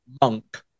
Monk